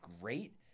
great